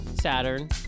Saturn